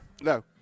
No